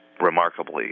remarkably